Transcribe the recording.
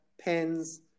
pens